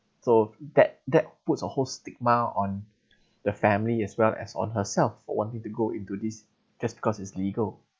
so that that puts a whole stigma on the family as well as on herself for wanting to go into this just because it's legal